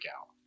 out